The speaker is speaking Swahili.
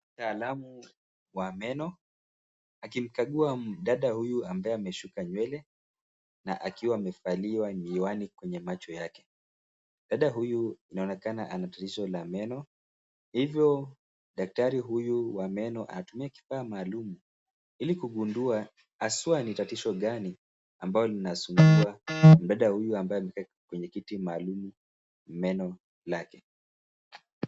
Mtaalamu wa meno, akimkagua dada huyu ambaye ameshuka nywele na akiwa amevalia miwani kwenye macho yake. Dada huyu anaonekana ana tatizo la meno hivyo daktari huyu wa meno anatumia kifaa maalumu ili kugundua haswa ni tatizo gani linalosumbua mdada huyu aambaye ameketi kwenye kiti maalumu, meno lake.